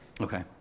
okay